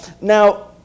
Now